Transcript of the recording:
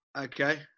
Okay